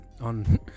on